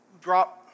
drop